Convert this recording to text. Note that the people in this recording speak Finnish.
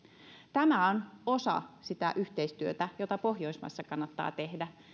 tämä on osa sitä yhteistyötä jota pohjoismaissa kannattaa tehdä